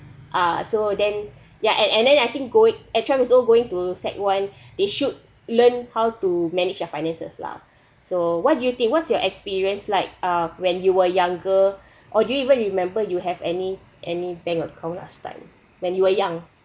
uh so then yeah and and then I think going at twelve years old all going to sec one they should learn how to manage their finances lah so what do you think what's your experience like uh when you were younger or do you even remember you have any any bank account last time when you were young